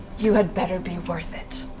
you had better be worth it.